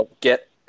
get